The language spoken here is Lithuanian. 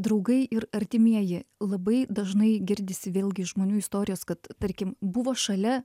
draugai ir artimieji labai dažnai girdisi vėlgi žmonių istorijos kad tarkim buvo šalia